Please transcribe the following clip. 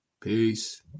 Peace